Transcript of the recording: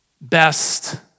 best